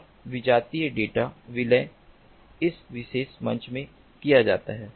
और विजातीय डेटा विलय इस विशेष मंच में किया जाता है